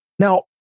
Now